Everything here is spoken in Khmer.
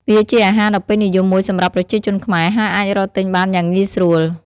វាជាអាហារដ៏ពេញនិយមមួយសម្រាប់ប្រជាជនខ្មែរ ហើយអាចរកទិញបានយ៉ាងងាយស្រួល។